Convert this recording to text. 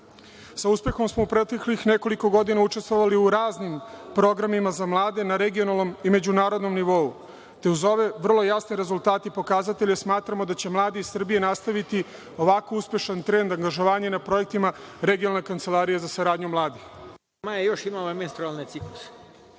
Sa uspehom smo proteklih nekoliko godina učestvovali u raznim programima za mlade na regionalnom i međunarodnom nivou, te uz ove vrlo jasne rezultate i pokazatelje smatramo da će mladi iz Srbije nastaviti ovako uspešan trend angažovanja na projektima regionalne kancelarije za saradnju